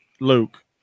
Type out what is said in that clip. Luke